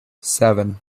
seven